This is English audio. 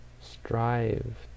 Strive